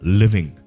living